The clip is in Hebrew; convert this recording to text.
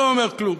לא אומר כלום.